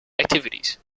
activities